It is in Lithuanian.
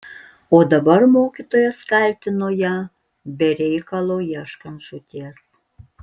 o dabar mokytojas kaltino ją be reikalo ieškant žūties